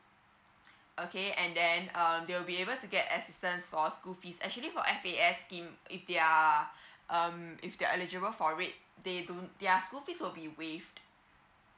okay and then um they will be able to get assistance for school fees actually for F_A_S scheme if they're um if they're eligible for it they do their school fees will be waived